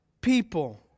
people